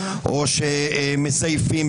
או שהם "מזייפים",